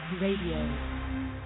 Radio